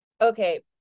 okay